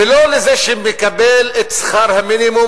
ולא לזה שמקבל את שכר המינימום,